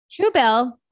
Truebill